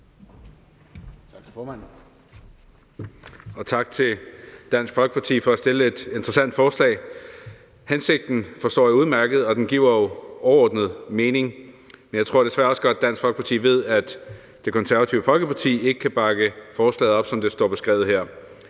Tak til formanden, og tak til Dansk Folkeparti for at fremsætte et interessant forslag. Jeg forstår udmærket hensigten, og den giver jo overordnet mening, men jeg tror desværre også godt, at Dansk Folkeparti ved, at Det Konservative Folkeparti ikke kan bakke op om forslaget, som det står beskrevet her.